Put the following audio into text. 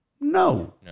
No